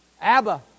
Abba